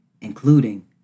including